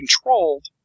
controlled